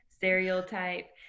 stereotype